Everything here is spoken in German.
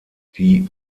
die